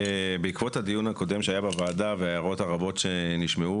בעקבות הדיון הקודם שהיה בוועדה וההערות הרבות שנשמעו